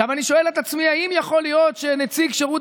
עכשיו אני שואל את עצמי אם יכול להיות שנציג שירות